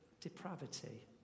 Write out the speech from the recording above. depravity